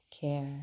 care